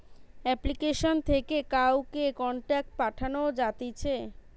application থেকে কাউকে contact পাঠানো যাতিছে